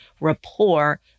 rapport